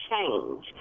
change